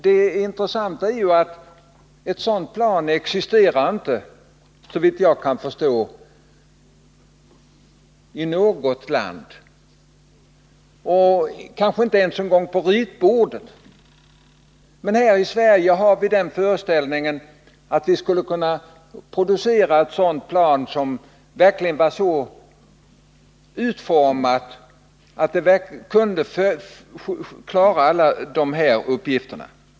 Det intressanta är att ett sådant plan såvitt jag kan förstå inte existerar i något land, kanske inte ens på ritbordet. Men här i Sverige har vi den föreställningen att vi skulle kunna producera ett plan som verkligen var så utformat att det kunde klara alla de här uppgifterna.